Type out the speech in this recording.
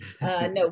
no